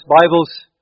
Bibles